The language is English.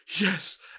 yes